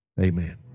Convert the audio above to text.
Amen